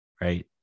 right